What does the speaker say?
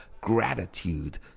gratitude